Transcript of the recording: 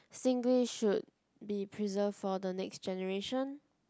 Singlish should be preserved for the next generation